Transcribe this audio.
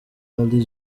rally